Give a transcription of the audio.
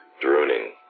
droning